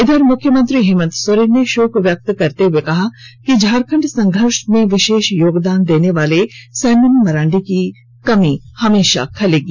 इधर मुख्यमंत्री हेमंत सोरेन ने शोक व्यक्त करते हुए कहा कि झारखंड संघर्ष में विशेष योगदान देने वाले साइमन मरांडी की कमी हमेशा खलेगी